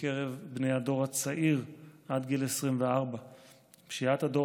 בקרב בני הדור הצעיר עד גיל 24. פשיעת הדור